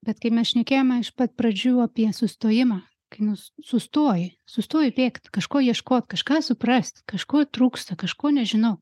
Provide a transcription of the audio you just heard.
bet kai mes šnekėjome iš pat pradžių apie sustojimą kai nus sustoji sustoji bėgt kažko ieškot kažką suprast kažko trūksta kažko nežinau